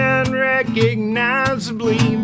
unrecognizably